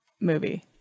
movie